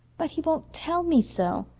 but he won't tell me so.